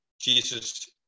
Jesus